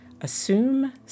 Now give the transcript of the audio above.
Assume